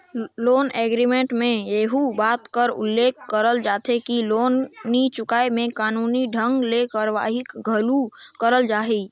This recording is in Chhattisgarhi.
लोन एग्रीमेंट में एहू बात कर उल्लेख करल जाथे कि लोन नी चुकाय में कानूनी ढंग ले कारवाही घलो करल जाही